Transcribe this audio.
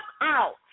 out